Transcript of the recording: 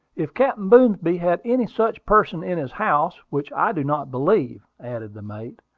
if captain boomsby had any such person in his house, which i do not believe, added the mate.